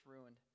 ruined